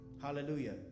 hallelujah